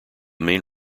main